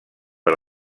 per